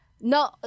No